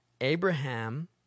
Abraham